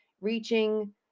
reaching